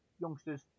youngsters